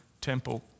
Temple